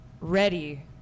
ready